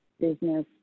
business